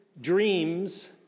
dreams